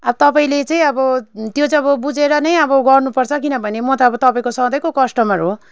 अब तपाईँले चाहिँ अब त्यो चाहिँ अब बुझेर नै अब गर्नुपर्छ किनभने म त अब तपाईँको सधैँको कस्टमर हो